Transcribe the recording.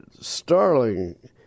starling